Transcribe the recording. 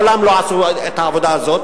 מעולם הם לא עשו את העבודה הזאת,